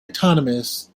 autonomous